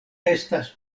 estas